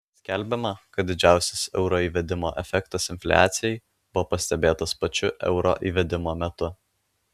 skelbiama kad didžiausias euro įvedimo efektas infliacijai buvo pastebėtas pačiu euro įvedimo metu